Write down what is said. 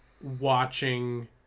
watching